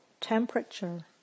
temperature